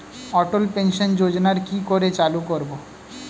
অটল pension যোজনার কি করে চালু করব?